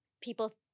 people